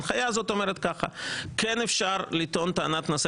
ההנחיה הזאת אומרת שכן אפשר לטעון טענת נושא